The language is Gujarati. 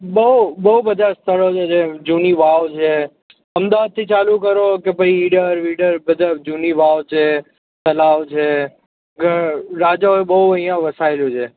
બહુ બહુ બધા સ્થળો છે જે જૂની વાવ છે અમદાવાદથી ચાલું કરો કે પછી ઇડર વીડર બધી જૂની વાવ છે તળાવ છે ઘર રાજાઓએ બહુ અહીંયા વસાવેલું છે